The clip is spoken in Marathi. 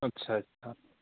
अच्छा अच्छा